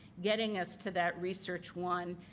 getting us to that research one,